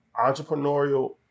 entrepreneurial